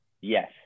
yes